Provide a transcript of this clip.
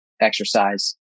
exercise